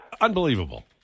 unbelievable